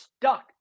stuck